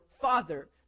father